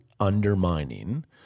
undermining